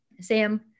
Sam